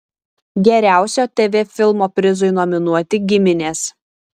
geriausio tv filmo prizui nominuoti giminės